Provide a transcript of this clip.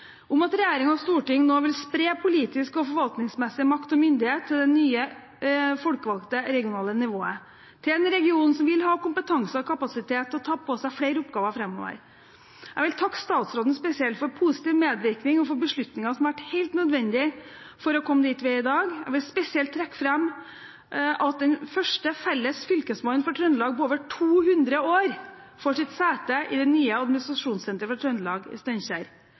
om at regjeringen og Stortinget nå vil spre politisk og forvaltningsmessig makt og myndighet til det nye folkevalgte regionale nivået, til en region som vil ha kompetanse og kapasitet til å ta på seg flere oppgaver framover. Jeg vil takke statsråden spesielt for positiv medvirkning og for beslutninger som har vært helt nødvendige for å komme dit vi er i dag. Jeg vil spesielt trekke fram at den første felles fylkesmannen for Trøndelag på over 200 år får sitt sete i det nye administrasjonssenteret for Trøndelag i